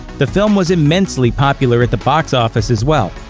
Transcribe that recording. the film was immensely popular at the box office as well,